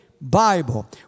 Bible